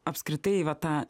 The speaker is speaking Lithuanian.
apskritai va tą